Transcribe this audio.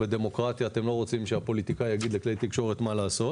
בדמוקרטיה אתם לא רוצים שהפוליטיקאי יגיד לכלי תקשורת מה לעשות